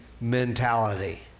mentality